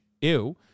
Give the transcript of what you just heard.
Ew